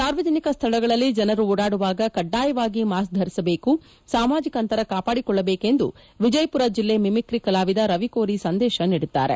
ಸಾರ್ವಜನಿಕ ಸ್ಥಳಗಳಲ್ಲಿ ಜನರು ಓಡಾಡುವಾಗ ಕಡ್ಡಾಯವಾಗಿ ಮಾಸ್ಕ್ ಧರಿಸಬೇಕು ಸಾಮಾಜಿಕ ಅಂತರ ಕಾಪಾಡಿಕೊಳ್ಳಬೇಕು ಎಂದು ವಿಜಯಪುರ ಜಿಲ್ಲೆ ಮಿಮಿಕ್ರಿ ಕಲಾವಿದ ರವಿಕೋರಿ ಸಂದೇಶ ನೀಡಿದ್ದಾರೆ